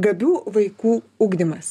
gabių vaikų ugdymas